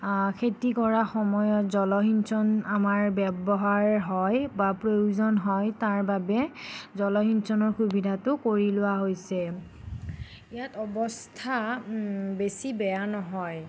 খেতি কৰা সময়ত জলসিঞ্চন আমাৰ ব্যৱহাৰ হয় বা প্ৰয়োজন হয় তাৰ বাবে জলসিঞ্চনৰ সুবিধাটো কৰি লোৱা হৈছে ইয়াত অৱস্থা বেছি বেয়া নহয়